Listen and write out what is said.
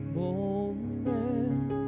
moment